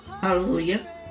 Hallelujah